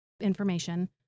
information